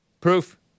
Proof